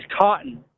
cotton